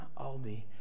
Aldi